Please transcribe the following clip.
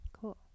Cool